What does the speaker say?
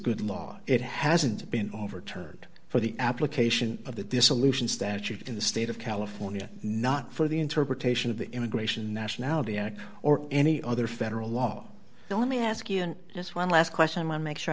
good law it hasn't been overturned for the application of the dissolution statute in the state of california not for the interpretation of the immigration nationality act or any other federal law so let me ask you just one last question i make sure i